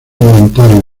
voluntario